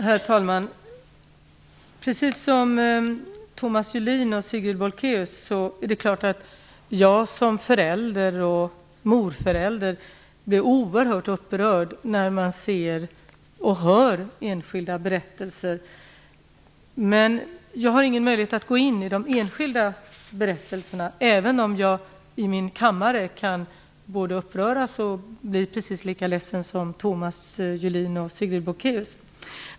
Herr talman! Precis som Thomas Julin och Sigrid Bolkéus är det klart att jag som förälder och morförälder blir oerhört upprörd när jag hör enskilda berättelser. Jag har dock ingen möjlighet att gå in på de enskilda fallen, även om jag på min kammare kan uppröras och bli precis lika ledsen som Thomas Julin och Sigrid Bolkéus.